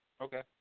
Okay